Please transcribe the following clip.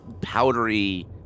powdery